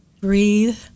breathe